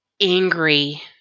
angry